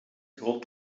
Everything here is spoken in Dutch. groot